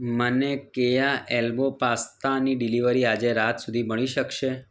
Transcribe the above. મને કેયા એલ્બો પાસ્તાની ડિલિવરી આજે રાત સુધી મળી શકશે